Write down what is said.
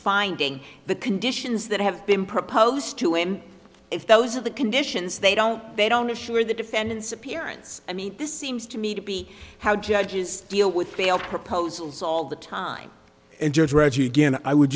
finding the conditions that have been proposed to him if those are the conditions they don't they don't issue or the defendant's appearance i mean this seems to me to be how judges deal with failed proposals all the time and judge reggie again i would